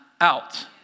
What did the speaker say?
out